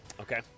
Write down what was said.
Okay